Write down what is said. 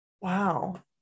Wow